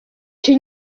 czy